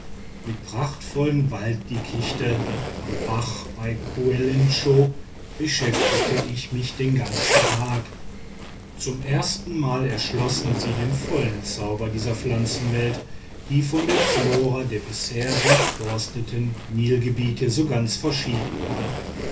mit prachtvollen walddickichte am bach bei kulenscho beschäftigten mich den ganzen tag zum erstenmal erschlossen sie den vollen zauber dieser pflanzenwelt die von der flora der bisher durchforsteten nilgebiete so ganz verschieden war